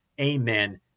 Amen